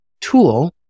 tool